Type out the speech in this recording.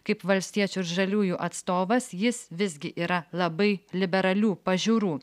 kaip valstiečių ir žaliųjų atstovas jis visgi yra labai liberalių pažiūrų